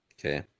okay